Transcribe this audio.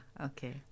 okay